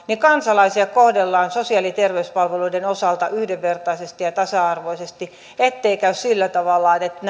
kansalaisia kohdellaan sosiaali ja terveyspalveluiden osalta yhdenvertaisesti ja tasa arvoisesti ettei käy sillä tavalla että